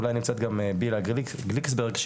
אולי נמצאת בלהה גליקסברג,